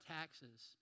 taxes